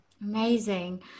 amazing